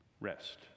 rest